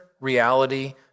reality